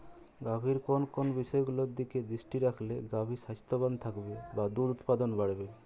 গাভীর কোন কোন বিষয়গুলোর দিকে দৃষ্টি রাখলে গাভী স্বাস্থ্যবান থাকবে বা দুধ উৎপাদন বাড়বে?